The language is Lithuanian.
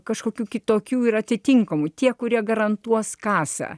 kažkokių kitokių ir atitinkamų tie kurie garantuos kasą